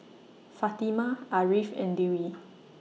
Fatimah Ariff and Dewi